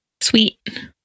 Sweet